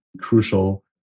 crucial